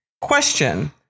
Question